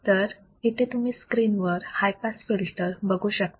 तर इथे तुम्ही स्क्रीनवर हाय पास फिल्टर बघू शकता